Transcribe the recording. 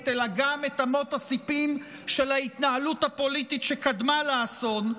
אלא גם את אמות הסיפים של ההתנהלות הפוליטית שקדמה לאסון,